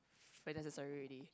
necessary already